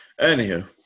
anywho